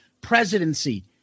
presidency